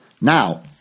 Now